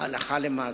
הלכה למעשה.